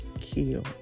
kill